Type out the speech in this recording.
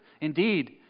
Indeed